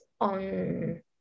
on